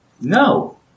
No